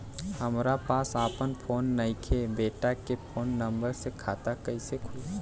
हमरा पास आपन फोन नईखे बेटा के फोन नंबर से खाता कइसे खुली?